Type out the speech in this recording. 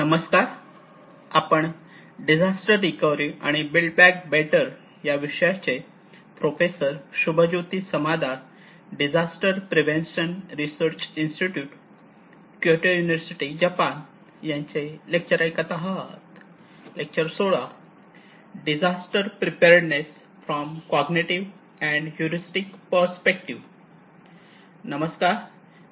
नमस्कार मी Shubhajyoti Samaddar disaster prevention research institute Kyoto university येथून आहे